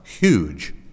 huge